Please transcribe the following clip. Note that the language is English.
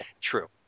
true